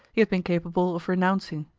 he had been capable of renouncing.